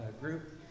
group